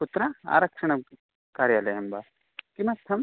कुत्र आरक्षणं कार्यालयं वा किमर्थम्